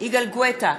יגאל גואטה,